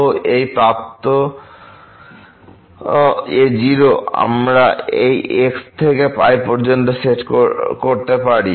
তো এই প্রাপ্ত α0 আমরা এই x থেকে π পর্যন্ত সেট করতে পেরি